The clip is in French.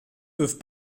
peuvent